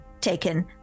taken